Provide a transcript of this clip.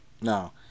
No